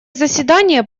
заседание